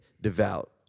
devout